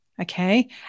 Okay